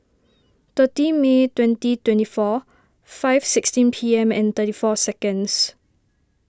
thirty May twenty twenty four five sixteen P M and thirty four seconds